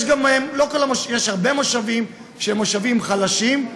אבל יש הרבה מושבים שהם חלשים,